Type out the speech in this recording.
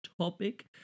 topic